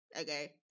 Okay